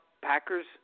Packers